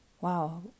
Wow